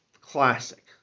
classic